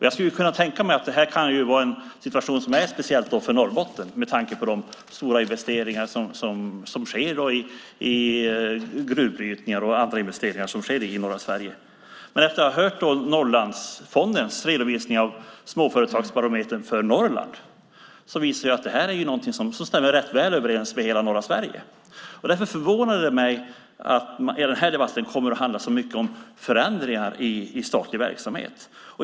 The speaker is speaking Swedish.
Jag skulle kunna tänka mig att det här är en situation som är speciell för Norrbotten, med tanke på de stora investeringar som sker i gruvbrytningar och med tanke på andra investeringar som sker i norra Sverige. Men nu har jag hört Norrlandsfondens redovisning av Småföretagsbarometern för Norrland. Det visar sig att det här är någonting som stämmer rätt väl överens med hur det ser ut i hela norra Sverige. Därför förvånar det mig att den här debatten handlar så mycket om förändringar i statlig verksamhet.